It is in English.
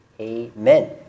amen